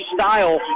style